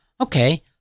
Okay